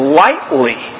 lightly